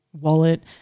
wallet